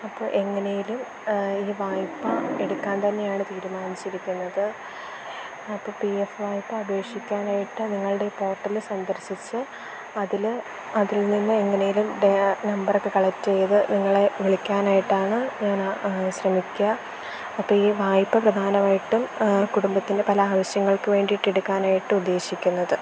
അപ്പോള് എങ്ങനെയെങ്കിലും ഈ വായ്പ എടുക്കാന് തന്നെയാണ് തീരുമാനിച്ചിരിക്കുന്നത് അപ്പോള് പി എഫ് വായ്പ അപേക്ഷിക്കാനായിട്ട് നിങ്ങളുടെ ഈ പോർട്ടല് സന്ദർശിച്ച് അതില് അതിൽനിന്ന് എങ്ങനെയെങ്കിലും നമ്പറൊക്കെ കളക്റ്റ് ചെയ്ത് നിങ്ങളെ വിളിക്കാനായിട്ടാണ് ഞാന് ശ്രമിക്കുക അപ്പോള് ഈ വായ്പ പ്രധാനമായിട്ടും കുടുംബത്തിൻ്റെ പല ആവശ്യങ്ങൾക്ക് വേണ്ടിയിട്ടാണ് എടുക്കാനായിട്ട് ഉദ്ദേശിക്കുന്നത്